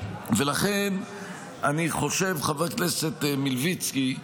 ולכן אני חושב, חבר הכנסת מלביצקי,